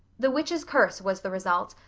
the witch's curse was the result,